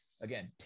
again